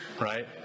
Right